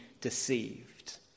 deceived